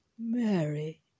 Mary